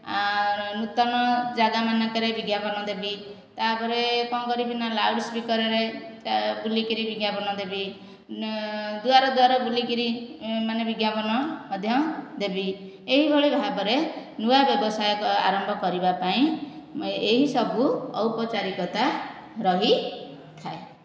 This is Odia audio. ଆଉ ନୂତନ ଯାଗାମାନଙ୍କରେ ବିଜ୍ଞାପନ ଦେବି ତା'ପରେ କ'ଣ କରିବି ନା ଲାଉଡ଼୍ ସ୍ପିକର୍ ରେ ବୁଲିକିରି ବିଜ୍ଞାପନ ଦେବି ଦୁଆର ଦୁଆର ବୁଲିକରି ମାନେ ବିଜ୍ଞାପନ ମଧ୍ୟ ଦେବି ଏହିଭଳି ଭାବରେ ନୂଆ ବ୍ୟବସାୟ ଆରମ୍ଭ କରିବାପାଇଁ ଏହିସବୁ ଔପଚାରିକତା ରହିଥାଏ